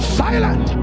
silent